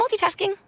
multitasking